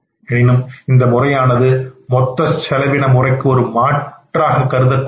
எனினும் இந்த முறையானது மொத்த செலவின முறைக்கு ஒரு மாற்றாக கருதக்கூடாது